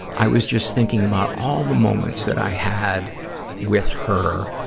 i was just thinking about all the moments that i had with her,